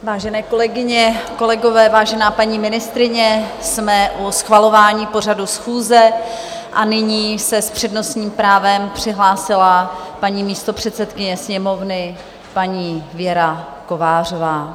Vážené kolegyně, kolegové, vážená paní ministryně, jsme u schvalování pořadu schůze a nyní se s přednostním právem přihlásila paní místopředsedkyně Sněmovny, paní Věra Kovářová.